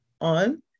on